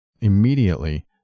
immediately